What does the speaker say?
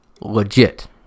Legit